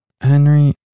Henry